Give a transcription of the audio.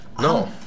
No